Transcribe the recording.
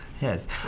Yes